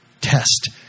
test